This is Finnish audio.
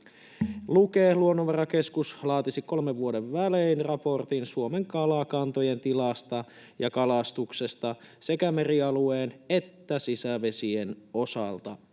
Luonnonvarakeskus, laatisi kolmen vuoden välein raportin Suomen kalakantojen tilasta ja kalastuksesta sekä merialueen että sisävesien osalta